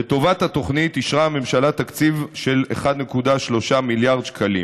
לטובת התוכנית אישרה הממשלה תקציב של 1.3 מיליארד שקלים.